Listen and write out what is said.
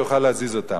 יוכל להזיז אותם.